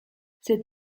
cette